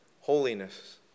Holiness